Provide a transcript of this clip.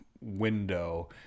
window